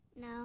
no